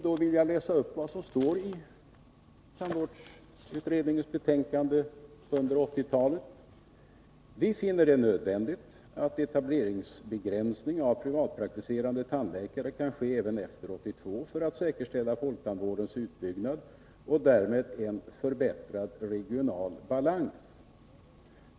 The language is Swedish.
Jag vill läsa upp vad som står i 1978 års tandvårdsutredning, Tandvården under 80-talet: ”Vi finner det nödvändigt att etableringsbegränsning av privatpraktiserande tandläkare kan ske även efter 1982 för att säkerställa folktandvårdens utbyggnad och därmed en förbättrad regional balans.